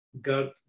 God